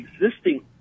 existing